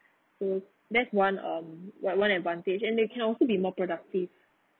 so that's one on~ one one advantage and they can also be more productive